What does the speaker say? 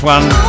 one